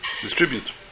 distribute